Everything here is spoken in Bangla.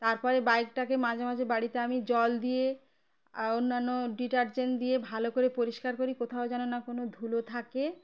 তার পরে বাইকটাকে মাঝে মাঝে বাড়িতে আমি জল দিয়ে অন্যান্য ডিটারজেন্ট দিয়ে ভালো করে পরিষ্কার করি কোথাও যেন না কোনো ধুলো থাকে